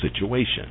situation